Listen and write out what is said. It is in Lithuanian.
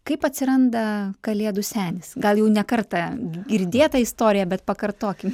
kaip atsiranda kalėdų senis gal jau ne kartą girdėta istorija bet pakartokim